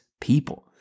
people